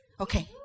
Okay